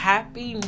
Happy